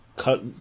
Cut